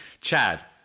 Chad